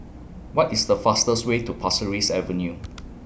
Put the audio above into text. What IS The fastest Way to Pasir Ris Avenue